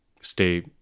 stay